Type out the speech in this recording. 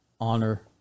Honor